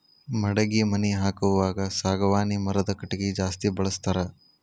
ಮಡಗಿ ಮನಿ ಹಾಕುವಾಗ ಸಾಗವಾನಿ ಮರದ ಕಟಗಿ ಜಾಸ್ತಿ ಬಳಸ್ತಾರ